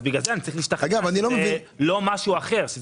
בגלל זה אני צריך להשתכנע שזה לא משהו אחר.